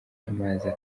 amazi